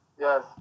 Yes